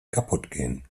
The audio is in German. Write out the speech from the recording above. kaputtgehen